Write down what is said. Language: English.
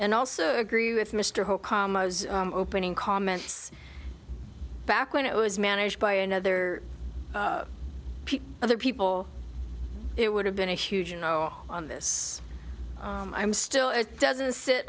and also agree with mr hope opening comments back when it was managed by another other people it would have been a huge you know on this i'm still it doesn't sit